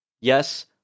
Yes